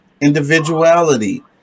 individuality